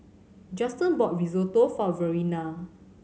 Juston bought Risotto for Verena